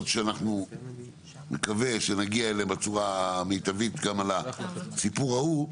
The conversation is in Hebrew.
שאני מקווה שנגיע אליהן בצורה המיטבית גם על הסיפור ההוא,